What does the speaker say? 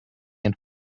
and